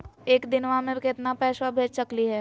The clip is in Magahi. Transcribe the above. एक दिनवा मे केतना पैसवा भेज सकली हे?